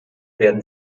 werden